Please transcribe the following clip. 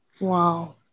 Wow